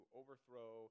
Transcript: overthrow